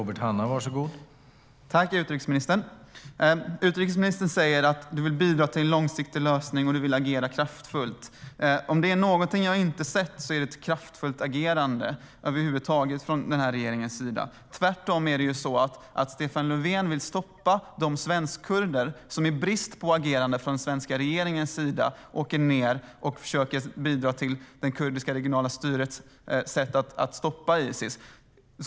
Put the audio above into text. Herr talman! Tack, utrikesministern! Utrikesministern säger att hon vill bidra till en långsiktig lösning och vill agera kraftfullt. Om det är någonting jag inte har sett är det ett kraftfullt agerande över huvud taget från regeringens sida. Tvärtom vill ju Stefan Löfven stoppa de svensk-kurder som i brist på agerande från den svenska regeringens sida åker ned och försöker bidra till det kurdiska regionala styrets sätt att stoppa Isis.